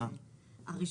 חתך